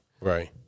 Right